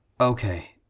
Okay